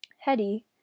Hetty